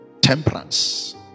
temperance